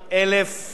דירות ריקות,